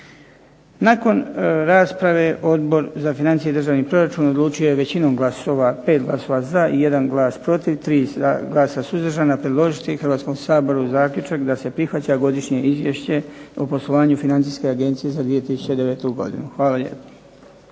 Nakon rasprave Odbor za financije i državni proračun odlučio je većinom glasova 5 glasova za i 1 glas protiv, 3 glasa suzdržana predložiti Hrvatskom saboru zaključak da se prihvaća Godišnje izvješće o poslovanju Financijske agencije za 1009. godinu. Hvala lijepo.